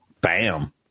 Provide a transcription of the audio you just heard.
Bam